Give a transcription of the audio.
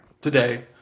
today